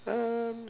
um